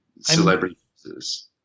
celebrities